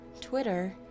Twitter